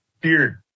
beard